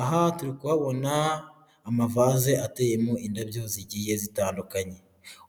Aha turi kubona amavase ateyemo indabyo zigiye zitandukanye